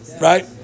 right